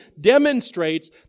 demonstrates